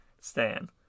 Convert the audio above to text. Stan